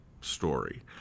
story